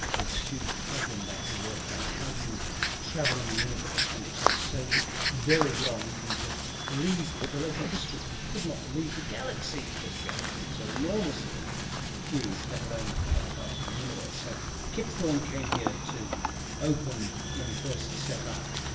this huge problem they had to work out, how do you travel in the universe when it takes so very long, even to leave the local district. you could not leave the galaxy because the galaxy is so enormously huge, let alone other parts of the universe. so kip thorne came here to open when you first set up,